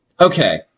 Okay